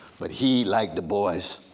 but he, like du bois,